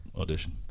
Audition